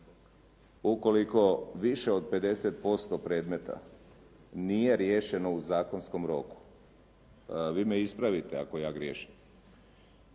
Ukoliko više od 50% predmeta nije riješeno u zakonskom roku, vi me ispravite ako ja griješim,